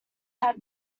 had